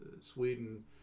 Sweden